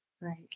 Right